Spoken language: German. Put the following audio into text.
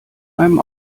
einem